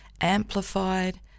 amplified